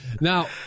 Now